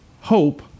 hope